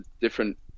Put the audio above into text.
different